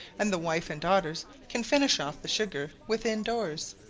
and the wife and daughters can finish off the sugar within-doors.